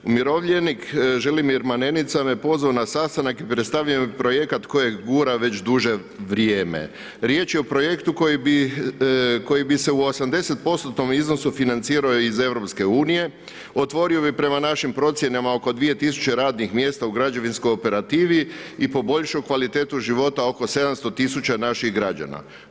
Umirovljenik Želimir Manenica me pozvao na sastanak i predstavio mi je projekat kojeg gura već duže vrijeme. riječ je o projektu koji bi se u 80%-tnom iznosu financirao iz EU-a, otvorio bi prema našim procjenama oko 2 000 radnih mjesta u građevinskoj operativi i poboljšao kvalitetu života oko 700 000 naših građana.